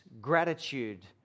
gratitude